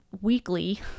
weekly